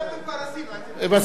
אנחנו כבר עשינו, אל תדאג.